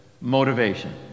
motivation